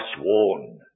sworn